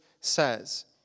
says